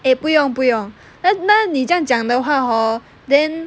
eh 不用不用 then 那你这样讲的话 hor then